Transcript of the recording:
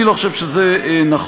אני לא חושב שזה נכון.